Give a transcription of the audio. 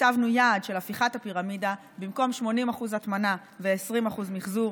הצבנו יעד של הפיכת הפירמידה: במקום 80% הטמנה ו-20% מחזור,